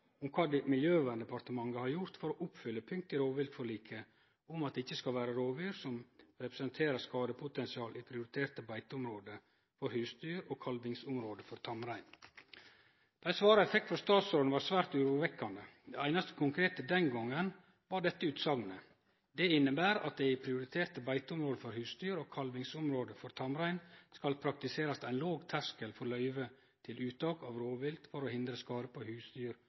om kva Miljøverndepartementet har gjort for å oppfylle punktet i rovviltforliket om at det ikkje skal vere rovdyr som representerer skadepotensial, i prioriterte beiteområde for husdyr og kalvingsområde for tamrein. Dei svara eg fekk frå statsråden var svært urovekkande. Det einaste konkrete den gongen var denne utsegna: «Dette inneber at det i prioriterte beiteområde for husdyr og kalvingsområde for tamrein skal praktiserast ein låg terskel for løyve til uttak av rovvilt for å hindre skade på husdyr